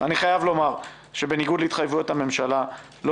אני חייב לומר שבניגוד להתחייבויות הממשלה לא